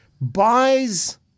buys